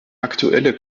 aktuelle